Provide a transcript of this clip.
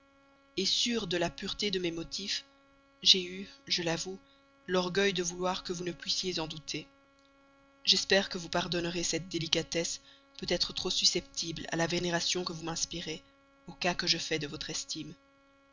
part sûr de la pureté de mes motifs j'ai eu je l'avoue l'orgueil de vouloir que vous ne puissiez en douter j'espère que vous pardonnerez cette délicatesse peut-être trop susceptible à la vénération que vous m'inspirez au cas que je fais de votre estime